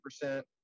percent